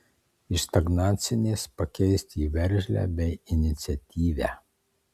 iš stagnacinės pakeisti į veržlią bei iniciatyvią